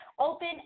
open